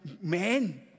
men